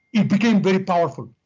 it became very powerful.